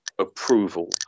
approval